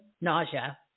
nausea